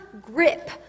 grip